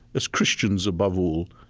as christians, above all,